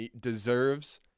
deserves